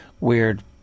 weird